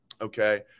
Okay